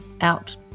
out